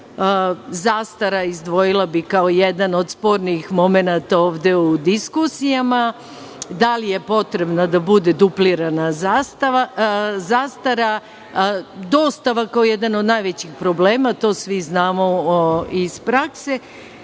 Zastara, izdvojila bih kao jedan od spornih momenata ovde u diskusijama. Da li je potrebno da bude duplirana zastara? Dostava, kao jedan od najvećih problema, to svi znamo iz prakse,